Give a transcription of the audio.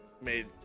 made